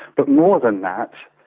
but more than that,